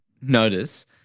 notice